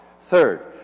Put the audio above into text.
Third